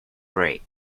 break